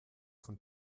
von